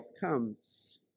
comes